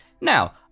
Now